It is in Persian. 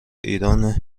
ایران